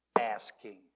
asking